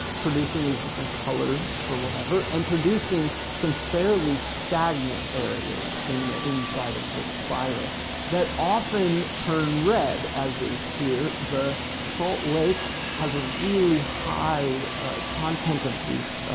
producing these different colors for whatever and producing some fairly stagnant areas in the inside of the spiral that often turn red, as is here. the salt lake has a really high content of these,